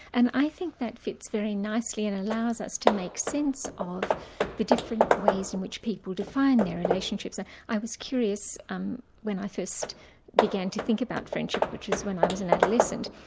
and i think that fits very nicely and allows us to make sense of the different ways in which people define their relationships. ah i was curious um when i first began to think about friendship which was when i was an adolescent,